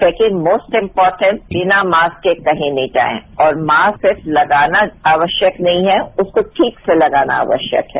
second most important बिना mask के कहीं नहीं जाएं और मास्क सिर्फ लगाना आवश्यक नहीं है उसको ठीक से लगाना आवश्यक है